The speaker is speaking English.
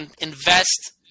invest